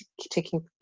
taking